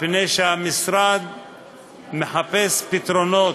מפני שהמשרד מחפש פתרונות,